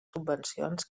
subvencions